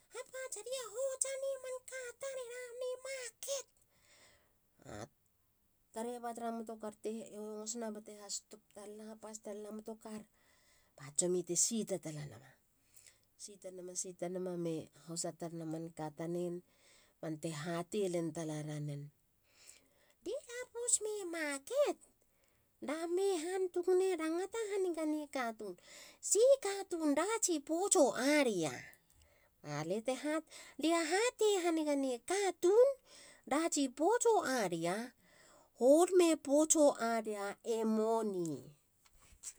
Hapats. aria hotsane manka tare rame market. A tareba tara motor kar te hengo talan bate ha stop talana. hapastalena motor kar. Ba tsomi te sita talanama. Sita nama. sita nama. me hosa talena man ka tanen. bante hatei tala ranen. di da pouts me market, dame han. tukune. dangata hanigane katun. Si katun datsi potso ara?A hate. dia hate haniga me katun. datsi potso adia. horme potso adia e moni